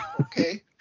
Okay